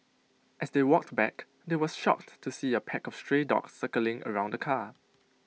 as they walked back they were shocked to see A pack of stray dogs circling around the car